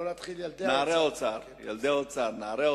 לא להתחיל לקרוא להם "ילדי האוצר".